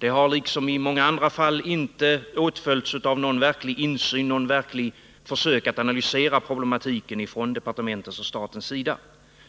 Det har, liksom i många andra fall, inte åtföljts av någon verklig insyn och något verkligt försök att analysera problematiken ifrån departementets och statens sida.